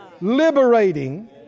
Liberating